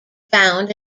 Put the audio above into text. found